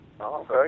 Okay